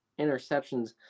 interceptions